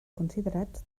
considerats